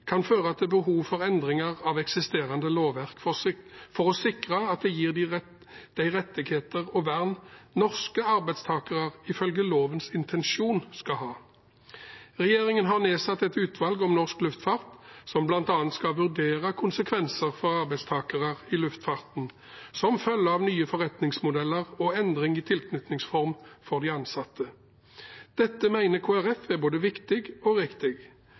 kan føre til behov for endringer av eksisterende lovverk for å sikre at det gir de rettigheter og det vern norske arbeidstakere ifølge lovens intensjon skal ha. Regjeringen har nedsatt et utvalg om norsk luftfart som bl.a. skal vurdere konsekvenser for arbeidstakere i luftfarten som følge av nye forretningsmodeller og endring i tilknytningsform for de ansatte. Dette mener Kristelig Folkeparti er både viktig og riktig.